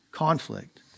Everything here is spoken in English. Conflict